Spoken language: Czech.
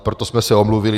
Proto jsme se omluvili.